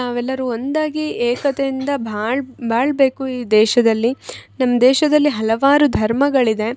ನಾವೆಲ್ಲರು ಒಂದಾಗಿ ಏಕತೆಯಿಂದ ಬಾಳಬೇಕು ಈ ದೇಶದಲ್ಲಿ ನಮ್ಮ ದೇಶದಲ್ಲಿ ಹಲವಾರು ಧರ್ಮಗಳಿದೆ